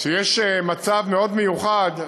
יש מצב מאוד מיוחד,